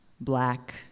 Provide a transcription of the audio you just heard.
black